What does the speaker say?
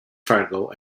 fargo